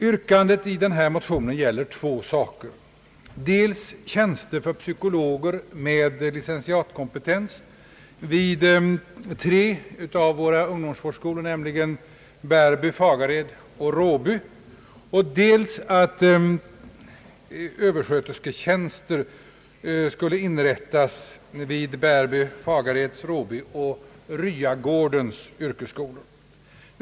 Yrkandet i motionen gäller två saker, dels att tjänster inrättas för psykologer med licentiatkompetens vid tre av våra ungdomsvårdsskolor, nämligen Bärby, Fagared och Råby, dels att överskötersketjänster inrättas vid Bärby, Fagareds, Råby och Ryagårdens yrkesskolor.